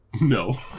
No